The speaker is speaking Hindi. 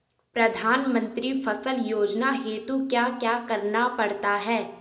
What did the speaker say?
प्रधानमंत्री फसल योजना हेतु क्या क्या करना पड़ता है?